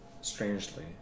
strangely